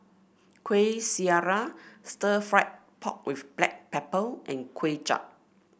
Kuih Syara Stir Fried Pork with Black Pepper and Kway Chap